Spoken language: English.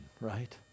right